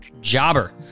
jobber